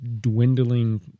dwindling